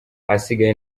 ahasigaye